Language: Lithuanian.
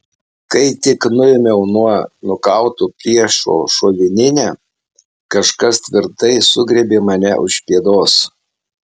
kai tik nuėmiau nuo nukauto priešo šovininę kažkas tvirtai sugriebė mane už pėdos